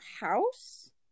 house